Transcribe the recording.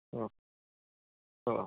ആ ആ